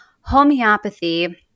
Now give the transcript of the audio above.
homeopathy